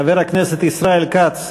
חבר הכנסת ישראל כץ,